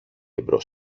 εμπρός